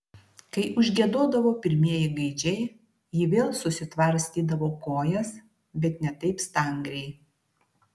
kai užgiedodavo pirmieji gaidžiai ji vėl susitvarstydavo kojas bet ne taip stangriai